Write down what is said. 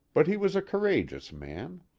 but he was a courageous man.